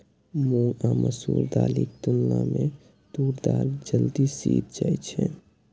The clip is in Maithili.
मूंग आ मसूर दालिक तुलना मे तूर दालि जल्दी सीझ जाइ छै